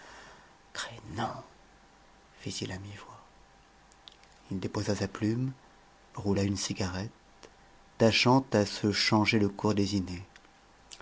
à mi-voix il déposa sa plume roula une cigarette tâchant à se changer le cours des